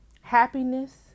Happiness